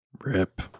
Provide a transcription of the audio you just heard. RIP